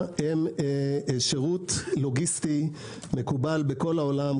הם שירות לוגיסטי מקובל בכל העולם,